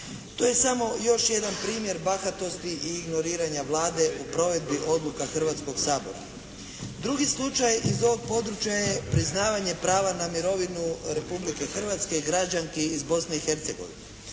To je samo još jedan primjer bahatosti i ignoriranja Vlade u provedbi odluka Hrvatskoga sabora. Drugi slučaj iz ovog područja je priznavanje prava na mirovinu Republike Hrvatske građanki iz Bosne i Hercegovine.